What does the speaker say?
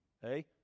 Hey